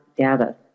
data